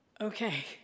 okay